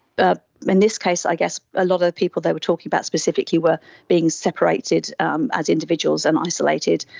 ah in this case i guess a lot of the people they were talking about specifically were being separated um as individuals and isolated,